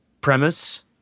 premise